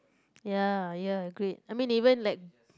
ya ya agreed I mean even like